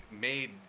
made